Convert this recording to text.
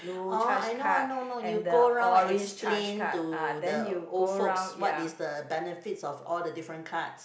oh I know I know I know you go round explain to the old folks what is the benefits of all the different cards